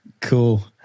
Cool